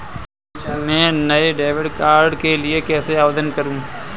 मैं नए debit card के लिए कैसे आवेदन करूं?